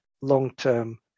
long-term